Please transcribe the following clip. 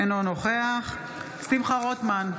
אינו נוכח שמחה רוטמן,